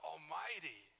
Almighty